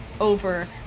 over